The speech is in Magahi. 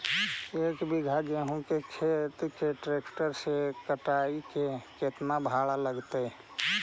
एक बिघा गेहूं के खेत के ट्रैक्टर से कटाई के केतना भाड़ा लगतै?